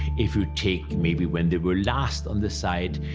if you take maybe when they were last on the site,